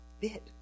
bit